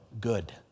good